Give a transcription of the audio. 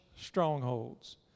strongholds